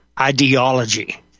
ideology